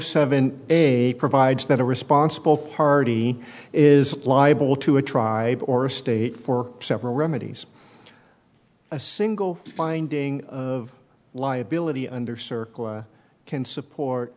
seven eight provides that a responsible party is liable to a tribe or a state for several remedies a single finding of liability under circle can support